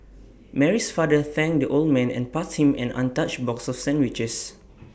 Mary's father thanked the old man and passed him an untouched box of sandwiches